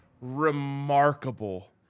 remarkable